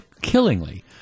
Killingly